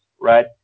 right